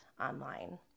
online